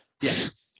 Yes